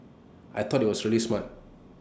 I thought IT was really smart